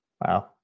Wow